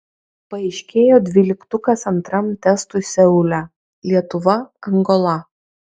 paaiškėjo dvyliktukas antram testui seule lietuva angola